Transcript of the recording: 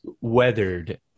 weathered